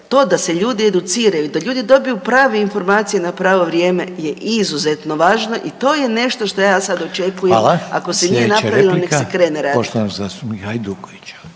to da se ljudi educiraju, da ljudi dobiju prave informacije na pravo vrijeme je izuzetno važno i to je nešto što ja sada očekujem ako se nije napravilo neka se krene raditi.